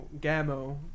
gamo